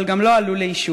אבל גם לא עלו לאישור.